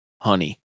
honey